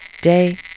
Day